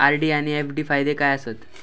RD आनि FD फायदे काय आसात?